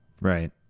right